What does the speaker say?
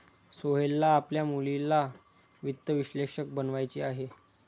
सोहेलला आपल्या मुलीला वित्त विश्लेषक बनवायचे आहे